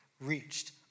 reached